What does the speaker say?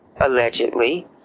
allegedly